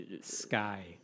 Sky